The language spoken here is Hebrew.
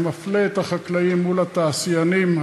ומפלה את החקלאים מול התעשיינים,